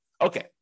Okay